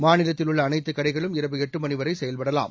மாநிலத்தில் உள்ள அனைத்து கடைகளும் இரவு எட்டு மணி வரை செயல்படலாம்